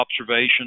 observation